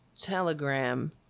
telegram